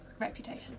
reputation